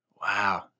Wow